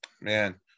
Man